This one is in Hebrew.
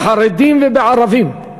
בחרדים ובערבים.